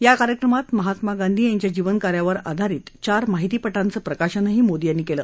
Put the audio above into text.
या कार्यक्रमात महात्मा गांधी यांच्या जीवनकार्यावर आधारित चार माहितीपटांचं प्रकाशनही मोदी यांनी केलं